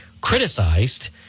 criticized